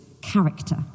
character